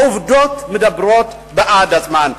העובדות מדברות בעד עצמן.